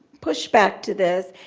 pushback to this.